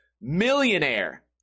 millionaire